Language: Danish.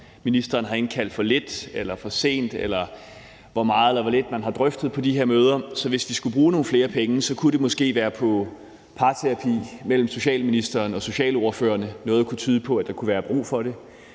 ministeren har indkaldt for lidt eller for sent, eller hvor meget eller hvor lidt man har drøftet på de her møder. Hvis vi skulle bruge nogle flere penge, kunne det måske være på parterapi mellem socialministeren og socialordførerne. Noget kunne tyde på, at der kunne være brug for det.